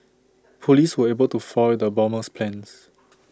Police were able to foil the bomber's plans